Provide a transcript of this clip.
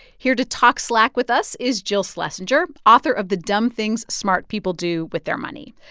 here to talk slack with us is jill schlesinger, author of the dumb things smart people do with their money.